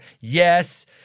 Yes